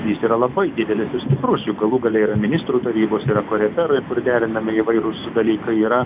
jis yra labai didelis ir stiprus juk galų gale yra ministrų tarybos yra koreferai kur derinami įvairūs dalykai yra